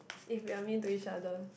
if we're mean to each other